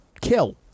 kill